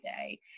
day